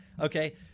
okay